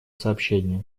сообщения